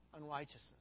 unrighteousness